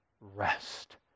rest